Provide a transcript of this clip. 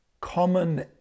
Common